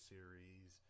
Series